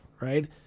right